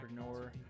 entrepreneur